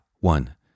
one